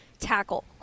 Tackle